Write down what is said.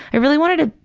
i really wanted a,